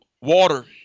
Water